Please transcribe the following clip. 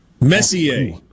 Messier